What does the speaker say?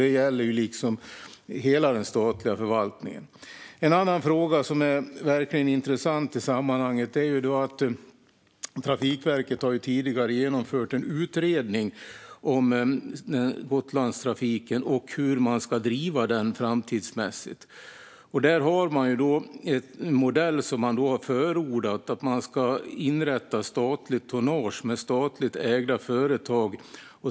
Det gäller hela den statliga förvaltningen. En annan verkligt intressant fråga i sammanhanget är att Trafikverket tidigare har gjort en utredning om Gotlandstrafiken och hur man ska driva den i framtiden. Man har förordat en modell som innebär att det inrättas ett statligt tonnage med statligt ägda företag.